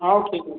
ହଉ ଠିକ୍ ଅଛି